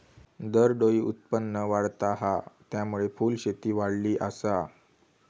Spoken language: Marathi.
दरडोई उत्पन्न वाढता हा, त्यामुळे फुलशेती वाढली आसा